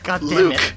Luke